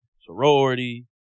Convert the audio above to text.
sorority